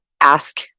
ask